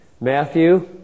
Matthew